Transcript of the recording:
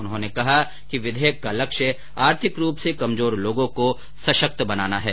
उन्होंने कहा कि विधेयक का लक्ष्य आर्थिक रूप से कमजोर लोगों को सशक्त बनाना है